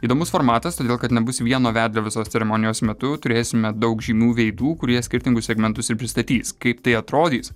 įdomus formatas todėl kad nebus vieno vedlio visos ceremonijos metu turėsime daug žymių veidų kurie skirtingus segmentus ir pristatys kaip tai atrodys